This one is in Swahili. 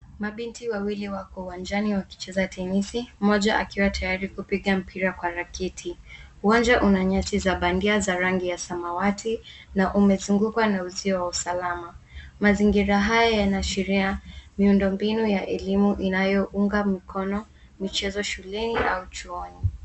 Mabinti wawili wako uwanjani wakicheza tenisi, mmoja akiwa tayari kupiga mpira kwa raketi. Uwanja una nyasi za bandia za rangi ya samawati na umezungukwa na uzio wa usalama. Mazingira haya yanaashiria miundombinu wa elimu inaounga mkono michezo shuleni au chuoni.